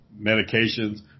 medications